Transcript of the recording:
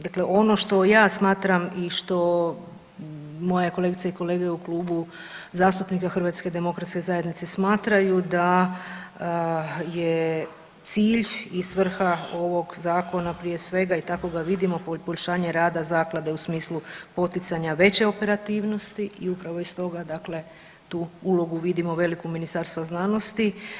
Dakle ono što ja smatram i što moje kolegice i kolege u Klubu zastupnika HDZ-a smatraju da je cilj i svrha ovog zakona prije svega i tako ga vidimo poboljšanje rada zaklade u smislu poticanja veće operativnosti i upravo iz toga tu ulogu vidimo veliku Ministarstva znanosti.